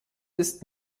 ist